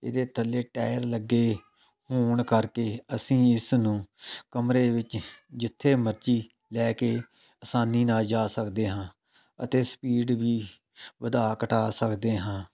ਇਹਦੇ ਥੱਲੇ ਟਾਇਰ ਲੱਗੇ ਹੋਣ ਕਰਕੇ ਅਸੀਂ ਇਸ ਨੂੰ ਕਮਰੇ ਵਿੱਚ ਜਿੱਥੇ ਮਰਜ਼ੀ ਲੈ ਕੇ ਆਸਾਨੀ ਨਾਲ ਜਾ ਸਕਦੇ ਹਾਂ ਅਤੇ ਸਪੀਡ ਵੀ ਵਧਾ ਘਟਾ ਸਕਦੇ ਹਾਂ